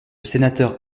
sénateur